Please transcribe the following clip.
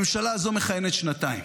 הממשלה הזאת מכהנת שנתיים,